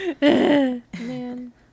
man